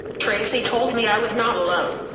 tracy told me i was not alone.